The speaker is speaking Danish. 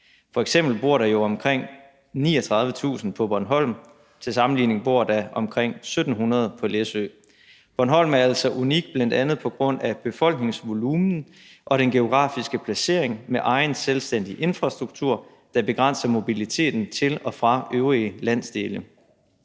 F.eks. bor der omkring 39.000 mennesker på Bornholm. Til sammenligning bor der omkring 1.700 på Læsø. Bornholm er altså unik, bl.a. på grund af befolkningsvolumenen og den geografiske placering med egen selvstændig infrastruktur, der begrænser mobiliteten til og fra øvrige landsdele.